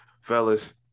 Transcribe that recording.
Fellas